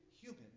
human